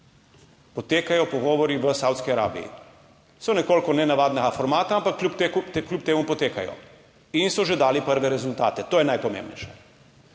potekajo pogovori v Savdski Arabiji, so nekoliko nenavadnega formata, ampak kljub, kljub temu potekajo in so že dali prve rezultate. To je najpomembnejše.